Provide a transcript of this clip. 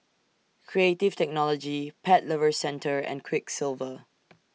Creative Technology Pet Lovers Centre and Quiksilver